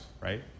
right